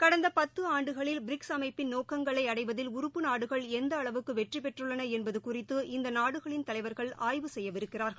கடந்தபத்துஆண்டுகளில் BRICS அமைப்பின் நோக்கங்களைஅடைவதில் உறுப்பு நாடுகள் எந்தஅளவுக்குவெற்றிபெற்றுள்ளனஎன்பதுகறித்து இந்தநாடுகளின் தலைவா்கள் ஆய்வு செய்யவிருக்கிறா்கள்